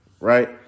right